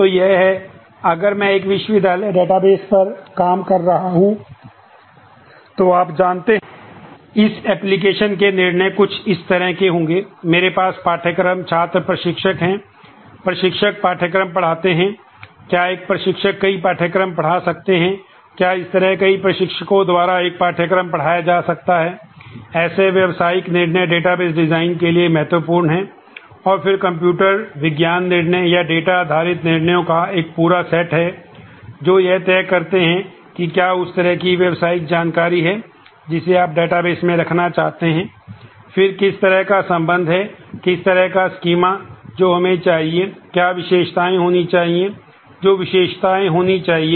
तो यह है अगर मैं एक विश्वविद्यालय डेटाबेस फाइलें क्या हैं उन्हें कैसे अनुक्रमित होना चाहिए